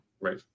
right